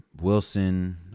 Wilson